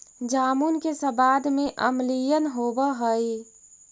जामुन के सबाद में अम्लीयन होब हई